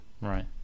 Right